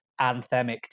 anthemic